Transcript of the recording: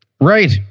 Right